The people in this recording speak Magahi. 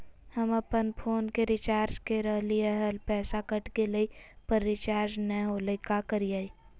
हम अपन फोन के रिचार्ज के रहलिय हल, पैसा कट गेलई, पर रिचार्ज नई होलई, का करियई?